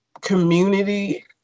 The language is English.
community